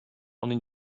only